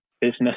business